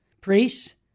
priests